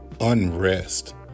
unrest